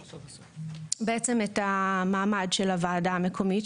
בעצם את המעמד של הוועדה המקומית,